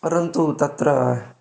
परन्तु तत्र